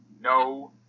no